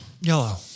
Yellow